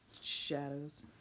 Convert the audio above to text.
shadows